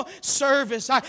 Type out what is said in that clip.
service